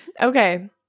Okay